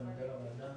תודה.